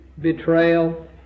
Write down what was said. Betrayal